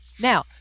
now